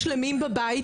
חבל שהוא לא פה.